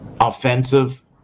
offensive